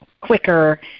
quicker